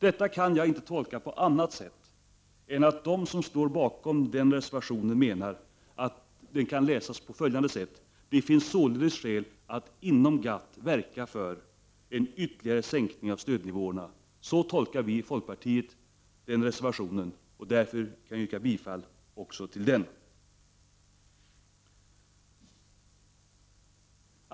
Jag kan inte tolka detta på annat sätt än att de som står bakom den reservationen menar att texten kan läsas på följande sätt: Det finns således skäl att inom GATT verka för en ytterligare sänkning av stödnivåerna. Så tolkar vi i folkpartiet reservationen, och därför kan jag yrka bifall till även den.